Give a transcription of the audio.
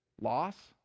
loss